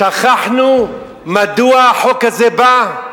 שכחנו מדוע החוק הזה בא?